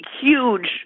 huge